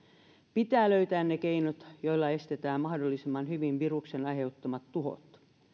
pitää löytää ne keinot joilla estetään mahdollisimman hyvin viruksen aiheuttamat tuhot